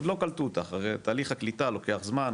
עוד לא קלטו אותך ותהליך הקליטה לוקח זמן,